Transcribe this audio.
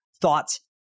thoughts